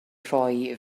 rhoi